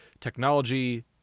technology